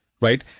right